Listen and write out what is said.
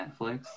Netflix